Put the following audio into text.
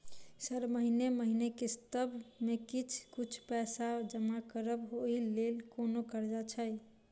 Sir महीने महीने किस्तसभ मे किछ कुछ पैसा जमा करब ओई लेल कोनो कर्जा छैय?